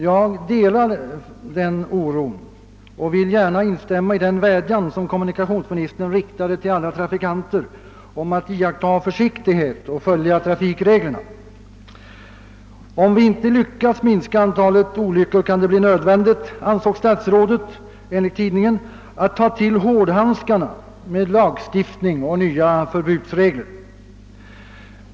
Jag delar den oron och vill gärna instämma i den vädjan som kommunikationsministern riktade till alla trafikanter om att vara försiktiga och följa trafikreglerna. Om vi inte lyckas minska antalet olyckor kan det, enligt statsrådets uttalande till tidningen, bli nödvändigt att ta till hårdhandskarna med lagstiftning och nya förbudsregler.